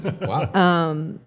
Wow